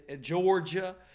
Georgia